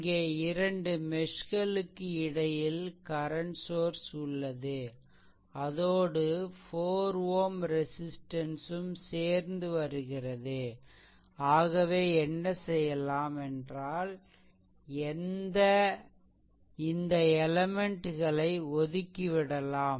இங்கே இரண்டு மெஷ்களுக்கு இடையில் கரண்ட் சோர்ஸ் உள்ளது அதோடு 4 Ω ரெசிஸ்ட்டன்ஸ் ம் சேர்ந்து வருகிறது ஆகவே என்ன செய்யலாம் என்றால் இந்த எலெமென்ட்களை ஒதுக்கிவிடலாம்